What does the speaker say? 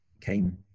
came